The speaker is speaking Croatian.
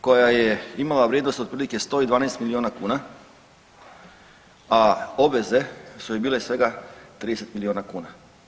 koja je imala vrijednost otprilike 112 milijuna kuna, a obveze su joj bile svega 30 milijuna kuna.